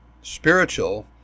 spiritual